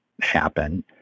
happen